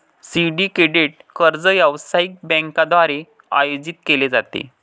syndicated कर्ज व्यावसायिक बँकांद्वारे आयोजित केले जाते